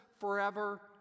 forever